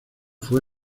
fue